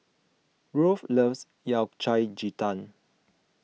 Rolf loves Yao Cai Ji Tang